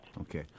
Okay